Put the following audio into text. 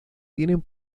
tienen